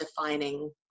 defining